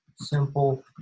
simple